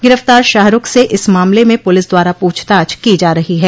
गिरफ्तार शाहरूख से इस मामले में पुलिस द्वारा पूछताछ की जा रही है